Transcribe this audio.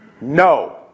No